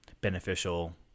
beneficial